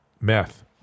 meth